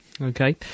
Okay